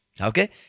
Okay